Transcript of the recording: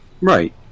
Right